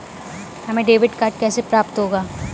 हमें debit card कैसे प्राप्त होगा?